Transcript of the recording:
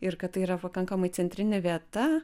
ir kad tai yra pakankamai centrinė vieta